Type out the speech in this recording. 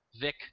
Vic